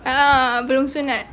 a'ah belum sunat